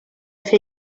fer